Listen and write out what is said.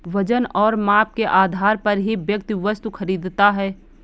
वजन और माप के आधार पर ही व्यक्ति वस्तु खरीदता है